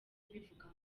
mbivuga